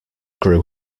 grew